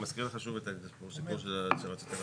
רגע, אני גם לא הבנתי את הסיפור של היטל השבחה.